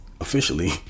officially